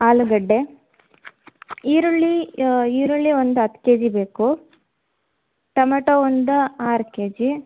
ಆಲೂಗಡ್ಡೆ ಈರುಳ್ಳಿ ಈರುಳ್ಳಿ ಒಂದು ಹತ್ತು ಕೆ ಜಿ ಬೇಕು ಟೊಮ್ಯಾಟೊ ಒಂದು ಆರು ಕೆ ಜಿ